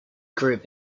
group